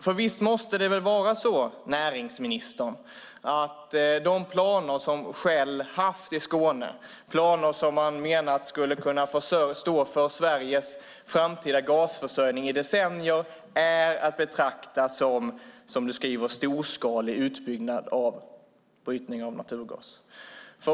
För visst måste det väl vara så, näringsministern, att de planer som Shell har haft nere i Skåne och där man tänkte sig stå för Sveriges framtida gasförsörjning i decennier är att betrakta som "storskalig utbyggnad av naturgas"?